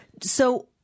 So-